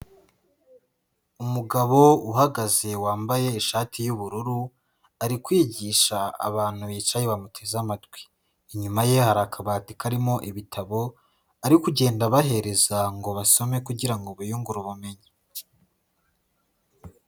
Umugabo uhagaze wambaye ishati y'ubururu ari kwigisha abantu bicaye bamuteze amatwi, inyuma ye hari akabati karimo ibitabo ari kugenda abahereza ngo basome kugira ngo biyungure ubumenyi.